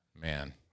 man